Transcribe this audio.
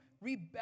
rebel